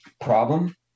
problem